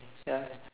ya